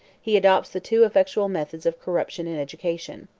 he adopts the two effectual methods of corruption and education.